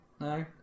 No